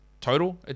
total